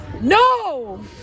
No